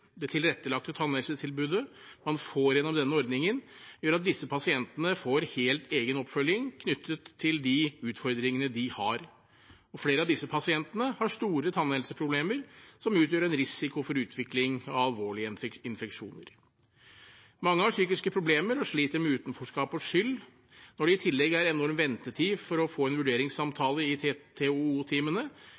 Det tilrettelagte tannhelsetilbudet man får gjennom denne ordningen, gjør at disse pasientene får helt egen oppfølging knyttet til de utfordringene de har. Flere av disse pasientene har store tannhelseproblemer, som utgjør en risiko for utvikling av alvorlige infeksjoner. Mange har psykiske problemer og sliter med utenforskap og skyld. Når det i tillegg er enorm ventetid for å få en vurderingssamtale i